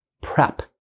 prep